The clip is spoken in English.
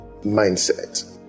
mindset